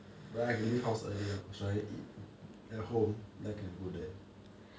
but I can leave house earlier or should I eat at home then can go there